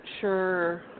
sure